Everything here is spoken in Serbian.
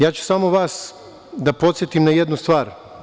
Ja ću da vas podsetim na jednu stvar.